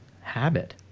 habit